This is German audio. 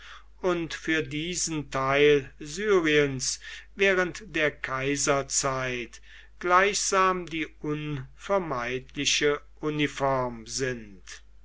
und für diesen teil syriens während der kaiserzeit gleichsam die unvermeidliche uniform sind